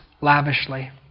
lavishly